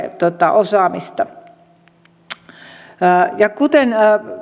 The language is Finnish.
osaamista kuten